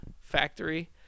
Factory